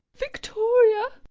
victoria.